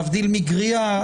להבדיל מגריעה,